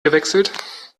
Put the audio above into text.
gewechselt